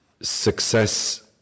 success